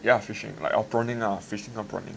yup fishing like or prawning ah fishing or prawning